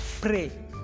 pray